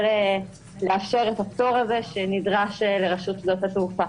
לאשר את הפטור הזה שנדרש לרשות שדות התעופה.